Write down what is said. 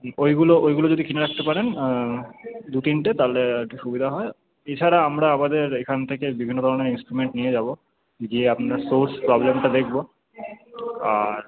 ওইগুলো ওইগুলো যদি কিনে রাখতে পারেন দু তিনটে তাহলে একটু সুবিধা হয় এছাড়া আমরা আমাদের এখান থেকে বিভিন্ন ধরনের ইন্সট্রুমেন্ট নিয়ে যাব গিয়ে আপনার সোর্স প্রবলেমটা দেখব আর